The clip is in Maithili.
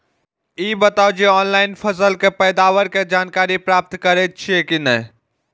ई बताउ जे ऑनलाइन फसल के पैदावार के जानकारी प्राप्त करेत छिए की नेय?